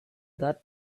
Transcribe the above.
that